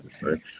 Sorry